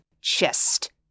chest